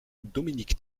dominique